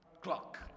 clock